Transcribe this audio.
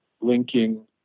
linking